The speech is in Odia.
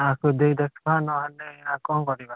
ଏହାକୁ ଦେଇ ଦେଖିବା ନହେଲେ ଆଉ କ'ଣ କରିବା